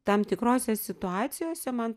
tam tikrose situacijose man